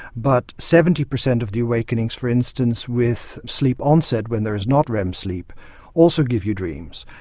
but seventy percent of the awakenings for instance with sleep onset when there is not rem sleep also give you dreams.